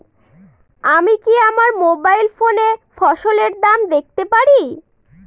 আমি কি আমার মোবাইল ফোনে ফসলের দাম দেখতে পারি?